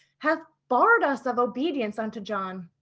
hath barred us of obedience unto john.